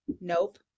Nope